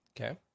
okay